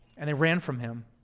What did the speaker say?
and they ran from him.